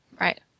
Right